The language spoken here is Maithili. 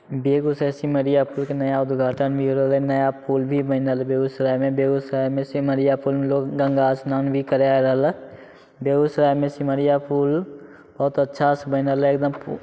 बेगूसराय सिमरिया पुलके नया उद्घाटन भी होलै नया पुल भी बनल बेगूसरायमे बेगूसरायमे सिमरिया पुलमे लोग गङ्गा अस्नान भी करै आ रहलै बेगूसरायमे सिमरिया पुल बहुत अच्छासे बनि रहलै एकदम